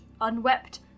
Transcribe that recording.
unwept